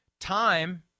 time